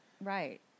right